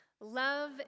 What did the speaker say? Love